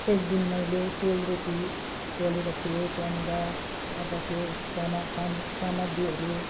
एकदिन मैले सेलरोटी पोलेको थिएँ त्यहाँनिर अब त्यो समा साम सामग्रीहरू